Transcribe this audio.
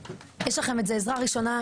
יש לכם את זה עזרה ראשונה,